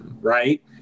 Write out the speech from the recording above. Right